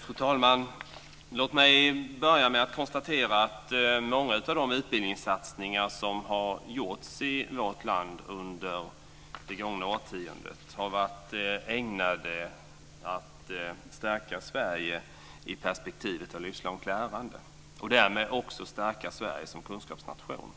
Fru talman! Låt mig börja med att konstatera att många av de utbildningssatsningar som under det gångna årtiondet gjorts i vårt land har varit ägnade att stärka Sverige i perspektivet av livslångt lärande och därmed också stärka Sverige som kunskapsnation.